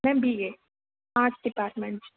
में B A arts department बिच्च